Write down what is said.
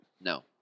No